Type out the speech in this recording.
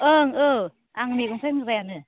ओं ओ आं मैगं फानग्रायानो